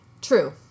True